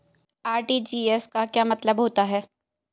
RTGS का क्या मतलब होता है?